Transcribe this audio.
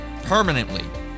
Permanently